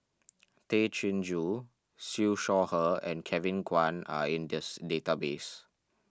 Tay Chin Joo Siew Shaw Her and Kevin Kwan are in this database